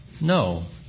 No